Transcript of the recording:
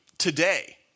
today